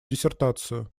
диссертацию